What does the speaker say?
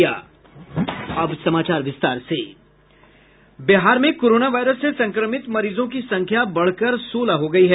बिहार में corona virus से संक्रमित मरीजों की संख्या बढ़कर सोलह हो गई है